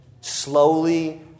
slowly